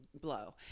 blow